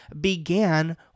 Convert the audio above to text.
began